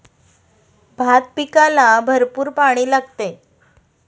भात पिकाला भरपूर पाणी लागते